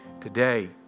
Today